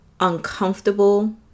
Uncomfortable